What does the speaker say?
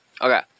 Okay